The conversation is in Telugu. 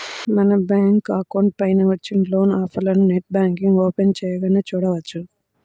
మన బ్యాంకు అకౌంట్ పైన వచ్చిన లోన్ ఆఫర్లను నెట్ బ్యాంకింగ్ ఓపెన్ చేయగానే చూడవచ్చు